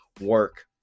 work